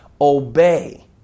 obey